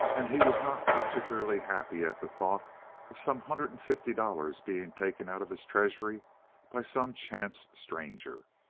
and he was not particularly happy at the thought of some hundred and fifty dollars being taken out of his treasury by some chance stranger.